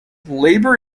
labour